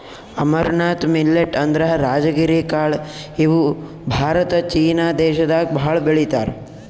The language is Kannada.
ಅಮರ್ನಾಥ್ ಮಿಲ್ಲೆಟ್ ಅಂದ್ರ ರಾಜಗಿರಿ ಕಾಳ್ ಇವ್ ಭಾರತ ಚೀನಾ ದೇಶದಾಗ್ ಭಾಳ್ ಬೆಳಿತಾರ್